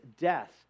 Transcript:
death